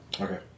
Okay